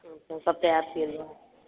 अच्छा सभु तयार थीं वेंदो आहे